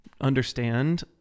understand